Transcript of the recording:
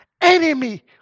enemy